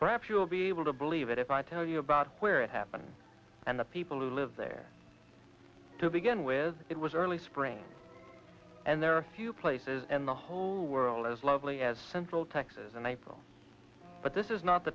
perhaps you'll be able to believe it if i tell you about where it happened and the people who live there to begin with it was early spring and there are few places in the whole world as lovely as central texas in april but this is not the